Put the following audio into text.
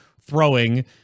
throwing